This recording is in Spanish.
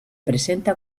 presenta